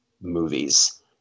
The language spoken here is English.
movies